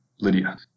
Lydia